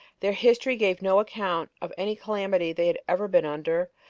their history gave no account of any calamity they had ever been under,